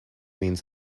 means